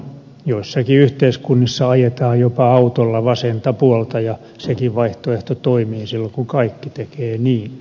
joissakin yhteiskunnissa ajetaan jopa autolla vasenta puolta ja sekin vaihtoehto toimii silloin kun kaikki tekevät niin